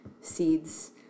seeds